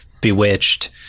bewitched